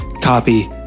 copy